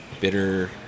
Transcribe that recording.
bitter